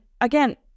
Again